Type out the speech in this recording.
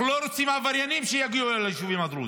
אנחנו לא רוצים עבריינים שיגיעו אל היישובים הדרוזיים.